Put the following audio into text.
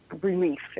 relief